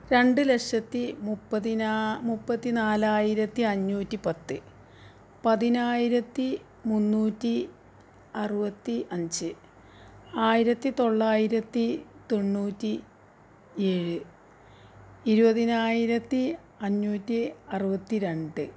രണ്ട് ലഷത്തി മുപ്പതിനാ മുപ്പത്തിനാലായിരത്തി അഞ്ഞൂറ്റി പത്ത് പതിനായിരത്തി മുന്നൂറ്റി അറുപത്തി അഞ്ച് ആയിരത്തി തൊള്ളായിരത്തി തൊണ്ണൂറ്റി ഏഴ് ഇരുപതിനായിരത്തി അഞ്ഞൂറ്റി അറുപത്തി രണ്ട്